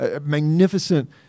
magnificent